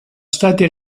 stati